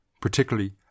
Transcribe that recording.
particularly